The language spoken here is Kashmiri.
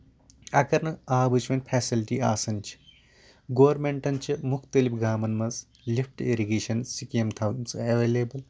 اَگر نہٕ آبِچ وۄنۍ فیسلٹی آسان چھِ گورمیٚنٹن چھِ مُختلِف گامَن منٛز لِفٹ اِرگیٚشن سکیٖم تھٲومَژٕ ایویلیٚبٕل